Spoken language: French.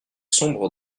sombre